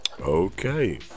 Okay